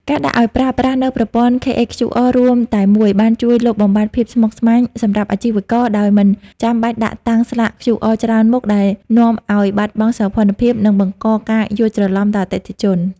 ការដាក់ឱ្យប្រើប្រាស់នូវប្រព័ន្ធ KHQR រួមតែមួយ បានជួយលុបបំបាត់ភាពស្មុគស្មាញសម្រាប់អាជីវករ ដោយមិនចាំបាច់ដាក់តាំងស្លាក QR ច្រើនមុខ ដែលនាំឱ្យបាត់បង់សោភ័ណភាព និងបង្កការយល់ច្រឡំដល់អតិថិជន។